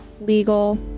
legal